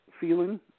feeling